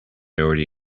already